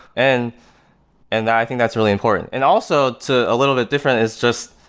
and and i think that's really important and also to a little bit different is just,